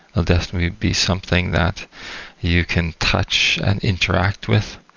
definitely be something that you can touch and interact with,